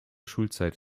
schulzeit